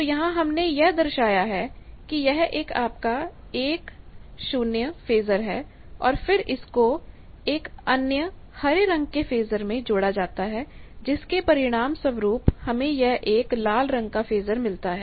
तो यहां हमने यह दर्शाया है कि यह एक आपका 1 0 फेजर है और फिर इसको एक अन्य हरे रंग के फेजर में जोड़ा जाता है जिसके परिणाम स्वरूप हमें यह एक लाल रंग का फेजर मिलता है